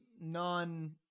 non